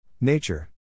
Nature